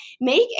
make